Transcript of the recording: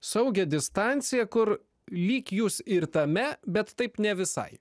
saugią distanciją kur lyg jūs ir tame bet taip ne visai